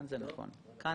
אוקיי, כאן זה נכון.